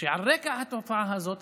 על רקע התופעה הזאת,